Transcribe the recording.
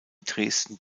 dresden